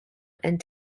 and